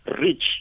rich